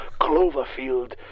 Cloverfield